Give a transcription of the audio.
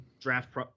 Draft